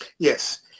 Yes